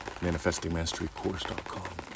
ManifestingMasteryCourse.com